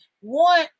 one